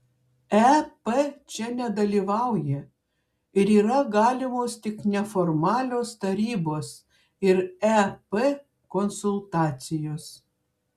ep čia nedalyvauja ir yra galimos tik neformalios tarybos ir ep konsultacijos